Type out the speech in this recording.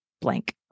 blank